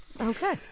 Okay